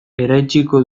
eraitsiko